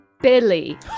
Billy